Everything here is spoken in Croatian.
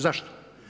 Zašto?